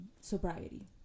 sobriety